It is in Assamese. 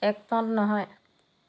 একমত নহয়